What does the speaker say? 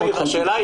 אמיר,